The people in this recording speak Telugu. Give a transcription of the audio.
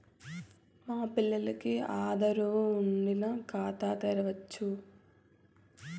మా పిల్లగాల్లకి ఆదారు వుండిన ఖాతా తెరవచ్చు